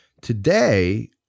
Today